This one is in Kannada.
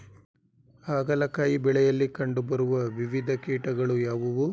ಹಾಗಲಕಾಯಿ ಬೆಳೆಯಲ್ಲಿ ಕಂಡು ಬರುವ ವಿವಿಧ ಕೀಟಗಳು ಯಾವುವು?